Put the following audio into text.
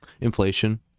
Inflation